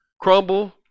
crumble